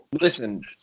Listen